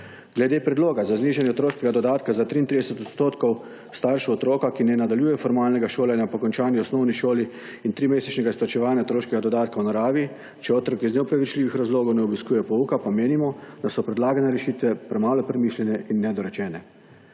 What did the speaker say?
Glede predloga za znižanje otroškega dodatka za triintrideset odstotkov staršev otroka, ki ne nadaljuje formalnega šolanja po končani osnovni šoli in trimesečnega izplačevanja otroškega dodatka v naravi, če otrok iz neopravičljivih razlogov ne obiskuje pouka, pa menimo, da so predlagane rešitve premalo premišljene in nedorečene.